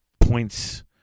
points